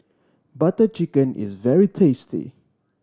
Butter Chicken is very tasty